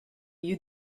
you